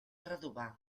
redovà